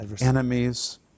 enemies